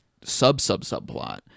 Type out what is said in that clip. sub-sub-subplot